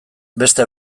beste